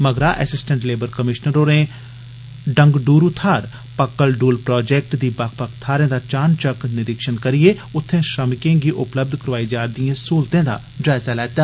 मगरा assistant labour commissioner होरें डंगड्रू थाह पाक्कल ड्रल प्रोजेक्ट दी बक्ख बक्ख थाहर दा चानचक्क निरीक्षण करियै उत्थे श्रमिकें गी उपलब्ध करोआई जा'रदी स्हूलतें दा जायजा लैता